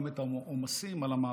גם את העומסים על המעבדות.